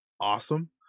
awesome